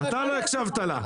אתה לא הקשבת לה.